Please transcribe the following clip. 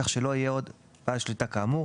כך שלא יהיה עוד בעל שליטה כאמור.